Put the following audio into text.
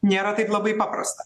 nėra taip labai paprasta